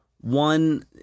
One